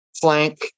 flank